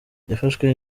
yafashwe